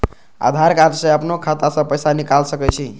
आधार कार्ड से अपनो खाता से पैसा निकाल सके छी?